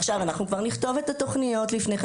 עכשיו אנחנו כבר נכתוב את התוכניות לפני כן,